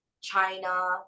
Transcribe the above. China